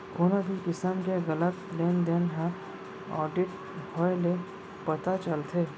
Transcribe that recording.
कोनो भी किसम के गलत लेन देन ह आडिट होए ले पता चलथे